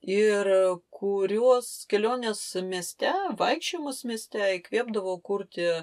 ir kuriuos kelionės mieste vaikščiojimas mieste įkvėpdavo kurti